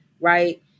right